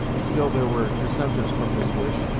still there were dissenters from this wish,